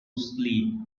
sleep